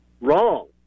wrong